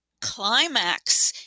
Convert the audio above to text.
climax